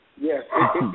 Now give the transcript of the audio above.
Yes